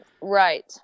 Right